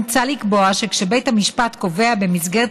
מוצע לקבוע שכשבית המשפט קובע במסגרת